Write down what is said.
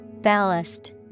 Ballast